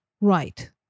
Right